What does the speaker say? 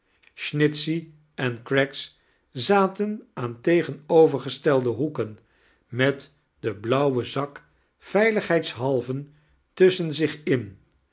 snitchey en craggs zaten aan tegenovergestelde hoeken met den blauwen zak veiligheidshalve tusschen zich in